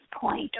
point